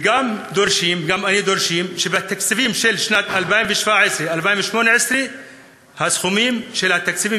וגם דורשים שבתקציבים של 2017 2018 הסכומים של התקציבים